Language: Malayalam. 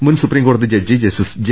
മുൻ സുപ്രീം കോടതി ജഡ്ജി ജസ്റ്റിസ് ജെ